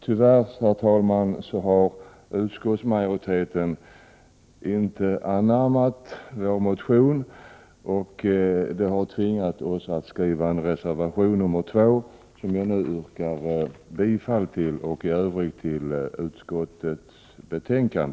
Tyvärr, herr talman, har utskottsmajoriteten inte anammat vår motion, och det har tvingat oss att skriva reservation nr 2, som jag nu yrkar bifall till. I övrigt yrkar jag bifall till utskottets hemställan.